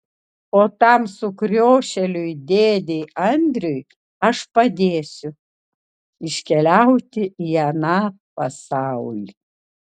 o tam sukriošėliui dėdei andriui aš padėsiu iškeliauti į aną pasaulį